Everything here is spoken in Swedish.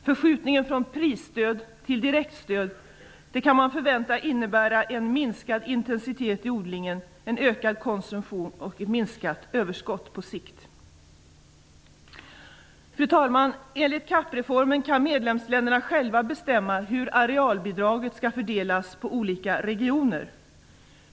Förskjutningen från prisstöd till direktstöd kan förväntas innebära en minskad intensitet i odlingen, ökad konsumtion och på sikt minskade överskott. Fru talman! Enligt CAP-reformen kan medlemsländerna själva bestämma hur arealbidragen skall fördelas på olika regioner.